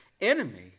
enemy